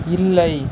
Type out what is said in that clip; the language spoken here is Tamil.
இல்லை